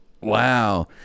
Wow